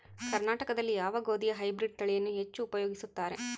ಕರ್ನಾಟಕದಲ್ಲಿ ಯಾವ ಗೋಧಿಯ ಹೈಬ್ರಿಡ್ ತಳಿಯನ್ನು ಹೆಚ್ಚು ಉಪಯೋಗಿಸುತ್ತಾರೆ?